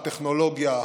הטכנולוגיה,